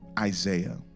Isaiah